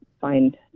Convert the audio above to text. find